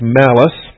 malice